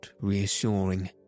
reassuring